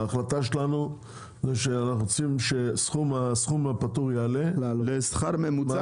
ההחלטה שלנו היא שאנחנו רוצים שהסכום הפטור יעלה --- לשכר הממוצע